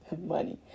Money